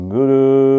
Guru